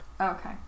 Okay